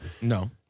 No